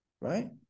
right